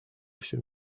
всем